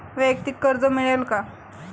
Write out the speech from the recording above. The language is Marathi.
वैयक्तिक कर्ज मिळेल का?